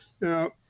Now